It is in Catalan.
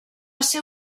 ser